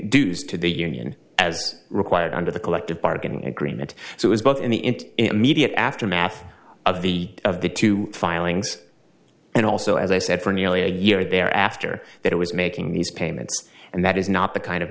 dues to the union as required under the collective bargaining agreement so it's both in the in immediate aftermath of the of the two filings and also as i said for nearly a year there after that it was making these payments and that is not the kind of